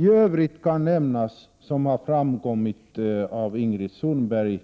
I övrigt kan nämnas, som Ingrid Sundberg sade tidigare,